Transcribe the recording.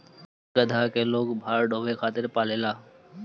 गदहा के लोग भार ढोवे खातिर पालेला